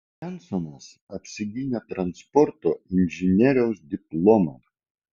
rensonas apsigynė transporto inžinieriaus diplomą